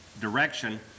direction